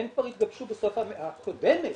הן כבר התגבשו בסוף המאה הקודמת.